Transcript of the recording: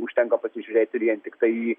užtenka pasižiūrėti vien tiktai